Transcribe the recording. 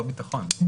לא ביטחון.